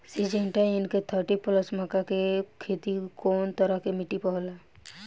Syngenta NK thirty plus मक्का के के खेती कवना तरह के मिट्टी पर होला?